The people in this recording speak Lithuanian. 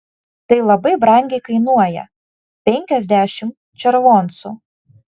tai labai brangiai kainuoja penkiasdešimt červoncų